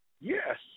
Yes